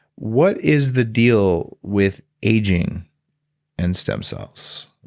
what is the deal with aging and stem cells?